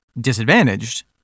disadvantaged